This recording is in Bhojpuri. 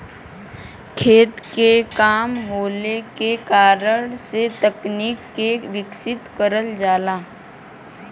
खेत के कम होले के कारण से तकनीक के विकसित करल जाला